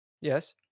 yes